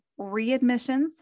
readmissions